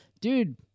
Dude